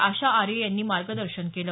आशा आर्य यांनी मार्गदर्शन केलं